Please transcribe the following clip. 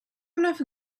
enough